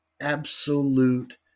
absolute